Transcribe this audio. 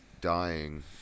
dying